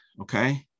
okay